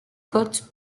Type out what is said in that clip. côte